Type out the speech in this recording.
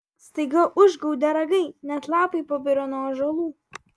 staiga užgaudė ragai net lapai pabiro nuo ąžuolų